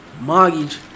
mortgage